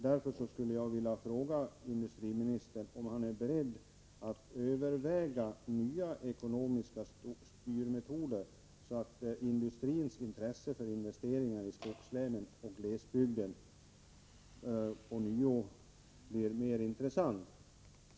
Därför skulle jag vilja fråga industriministern om han är beredd att överväga nya ekonomiska styrmetoder, så att investeringar i skogslänen och glesbygden ånyo blir mer intressanta för industrin.